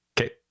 Okay